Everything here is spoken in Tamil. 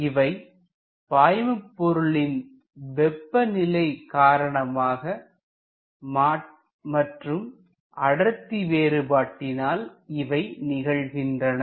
இவை பாய்மபொருளின் வெப்பநிலை காரணமாக மற்றும் அடர்த்தி வேறுபாட்டினால் இவை நிகழ்கின்றன